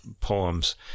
poems